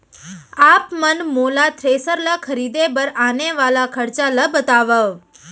आप मन मोला थ्रेसर ल खरीदे बर आने वाला खरचा ल बतावव?